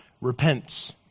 repents